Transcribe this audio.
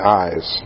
eyes